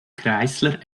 chrysler